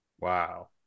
Wow